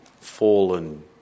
fallen